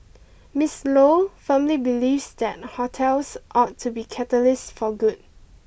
Miss Lo firmly believes that hotels ought to be catalysts for good